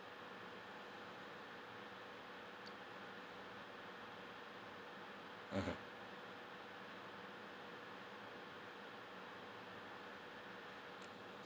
mmhmm